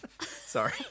Sorry